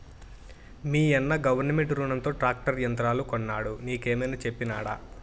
మీయన్న గవర్నమెంట్ రునంతో ట్రాక్టర్ యంత్రాలు కొన్నాడు నీకేమైనా చెప్పినాడా